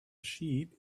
sheep